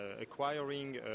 acquiring